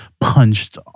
punched